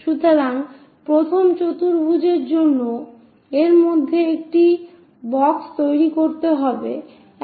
সুতরাং প্রথম চতুর্ভুজের এর মধ্যে একটি বাক্স তৈরী করতে হবে